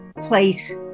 place